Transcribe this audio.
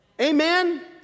Amen